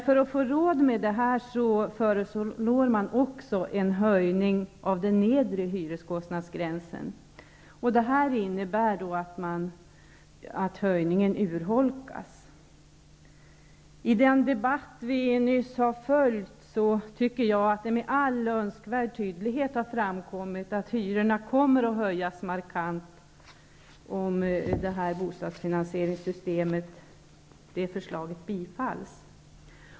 För att få råd med detta föreslår man också en höjning av den nedre hyreskostnadsgränsen. Detta innebär att höjningen urholkas. I den debatt vi just lyssnat till har det med all önskvärd tydlighet framkommit att hyrorna kommer att höjas markant om förslaget till bostadsfinansieringssystem bifalls.